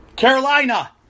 Carolina